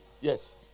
Yes